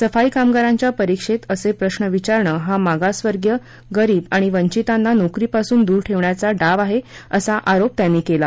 सफाई कामगारांच्या परीक्षेत असे प्रश्न विचारणं हा मागासवर्गीय गरीब आणि वंचितांना नोकरीपासून दूर ठेवण्याचा हा डाव आहे असा आरोप त्यांनी केला